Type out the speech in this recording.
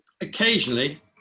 occasionally